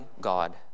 God